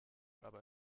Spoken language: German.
aber